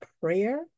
prayer